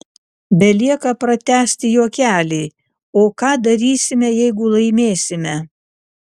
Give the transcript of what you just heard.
belieka pratęsti juokelį o ką darysime jeigu laimėsime